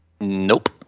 Nope